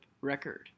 record